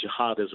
jihadism